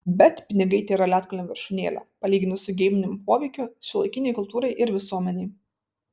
bet pinigai tėra ledkalnio viršūnėlė palyginus su geiminimo poveikiu šiuolaikinei kultūrai ir visuomenei